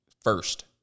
first